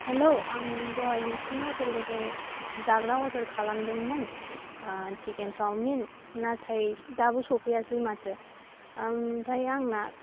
hello आं दहाय नोंसिनि हटेलनिफ्राय जाग्रा अरदार खालामदोंमोन सिकेन सावमिन नाथाय दाबो सौफैयासै माथो आमफाय आंना